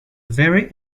very